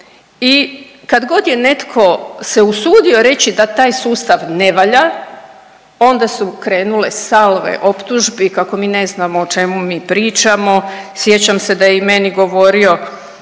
i kad god je netko se usudio reći da taj sustav ne valja, onda su krenule salve optužbi kako mi ne znamo o čemu mi pričamo, sjećam se da i meni govorio,